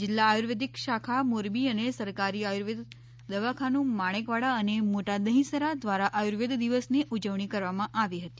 જીલ્લા આર્યુવેદિક શાખા મોરબી અને સરકારી આયુર્વેદ દવાખાનું માણેકવાડા અને મોટા દહિંસરા દ્વારા આયુર્વેદ દિવસની ઉજવણી કરવામાં આવી હતી